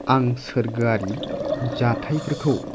आं सोरगोयारि जाथायफोरखौ